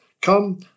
Come